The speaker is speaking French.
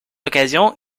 occasion